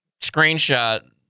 screenshot